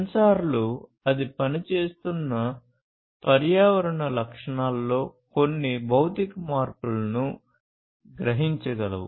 సెన్సార్లు అది పనిచేస్తున్న పర్యావరణ లక్షణాలలో కొన్ని భౌతిక మార్పులను గ్రహించగలవు